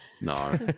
No